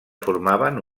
formaven